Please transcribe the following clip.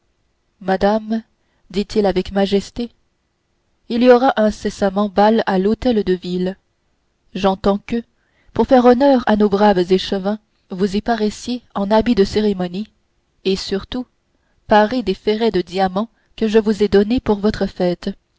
madame dit-il avec majesté il y aura incessamment bal à l'hôtel de ville j'entends que pour faire honneur à nos braves échevins vous y paraissiez en habit de cérémonie et surtout parée des ferrets de diamants que je vous ai donnés pour votre fête